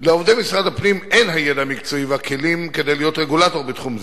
לעובדי משרד הפנים אין הידע המקצועי והכלים להיות רגולטור בתחום זה.